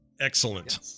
Excellent